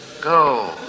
Go